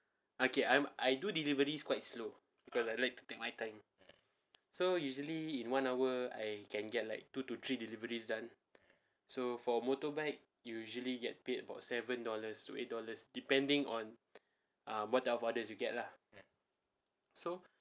okay I'm I do deliveries quite slow like to take my time so usually in one hour I can get like two to three deliveries done so for motorbike usually get paid about seven dollars to eight dollars depending on what type of orders you get lah so